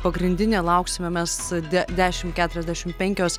pagrindinė lauksime mes de dešim keturiasdešimt penkios